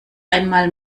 einmal